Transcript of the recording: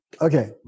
Okay